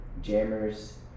jammers